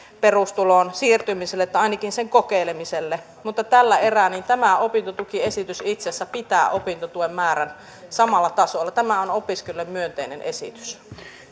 perustuloon siirtymiselle tai ainakin sen kokeilemiselle mutta tällä erää tämä opintotukiesitys itse asiassa pitää opintotuen määrän samalla tasolla tämä on opiskelijoille myönteinen esitys